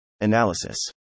Analysis